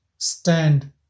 stand